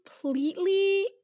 completely